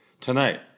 tonight